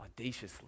Audaciously